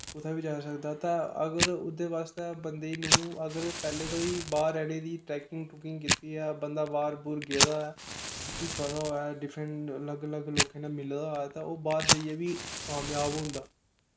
कुतै बी जाई सकदा ते अगर ओह्दे बास्तै बंदे नू अगर पैह्लें तू गै ई बाह्र रैहने दी ट्रैकिंग ट्रूकिंग कीती दी होऐ बंदा बाह्र बूह्र गेदा होऐ उसी पता होऐ डिफ्रेंट अलग अलग लोकें नै मिले दा होऐ ते ओह् बाह्र जाइयै बी कामजाब होंदा